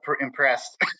impressed